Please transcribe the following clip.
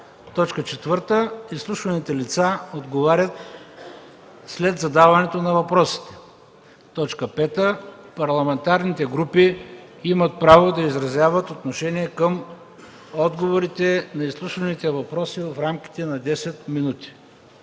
лица. 4. Изслушваните лица отговарят след задаването на въпросите. 5. Парламентарните групи имат право да изразяват отношение към отговорите на изслушваните въпроси в рамките на 10 минути.”